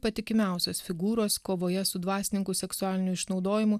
patikimiausios figūros kovoje su dvasininkų seksualiniu išnaudojimu